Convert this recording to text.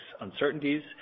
uncertainties